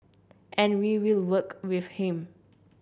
and we will work with him